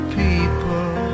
people